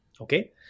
okay